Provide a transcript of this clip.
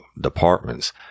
departments